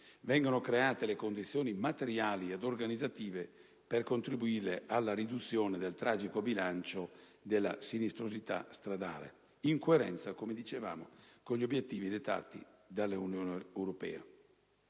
vengano create le condizioni materiali ed organizzative per contribuire alla riduzione del tragico bilancio della sinistrosità stradale, in coerenza - come già sottolineato - con gli obiettivi dettati dall'Unione europea.